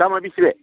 दामा बेसे